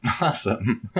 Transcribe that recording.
awesome